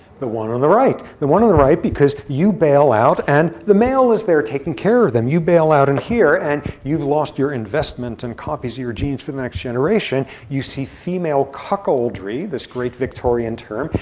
the one on the right. the one on the right, because you bail out and the male is there taking care of them. you bail out in here, and you've lost your investment and copies your genes for the next generation. you see female cuckoldry, this great victorian term.